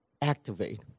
activate